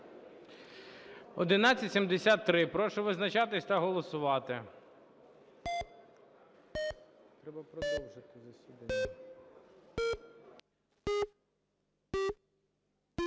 Прошу визначатись та голосувати.